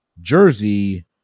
Jersey